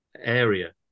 area